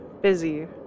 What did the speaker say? busy